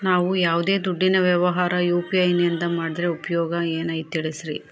ನಾವು ಯಾವ್ದೇ ದುಡ್ಡಿನ ವ್ಯವಹಾರ ಯು.ಪಿ.ಐ ನಿಂದ ಮಾಡಿದ್ರೆ ಉಪಯೋಗ ಏನು ತಿಳಿಸ್ರಿ?